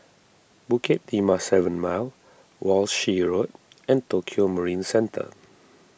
Bukit Timah seven Mile Walshe Road and Tokio Marine Centre